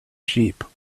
sheep